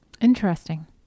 Interesting